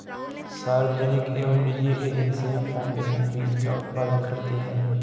सार्वजनिक एवं निजी एजेंसियां फाउंडेशन बीज का उत्पादन करती है